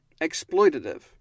exploitative